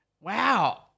wow